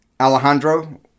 Alejandro